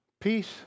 Peace